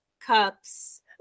cups